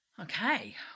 Okay